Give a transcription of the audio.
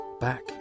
back